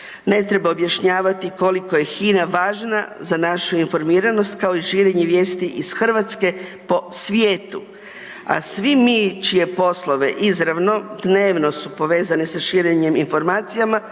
ne treba objašnjavati koliko je HINA važna za našu informiranost kao i širenje vijesti iz Hrvatske po svijetu a svi mi čije poslove izravno dnevno su povezane sa širenjem informacija,